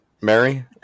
Mary